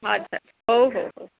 ଆଚ୍ଛା ହଉ ହଉ ହଉ